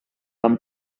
amb